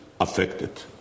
affected